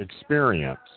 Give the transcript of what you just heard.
experience